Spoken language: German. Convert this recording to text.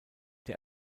der